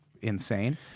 insane